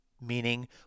meaning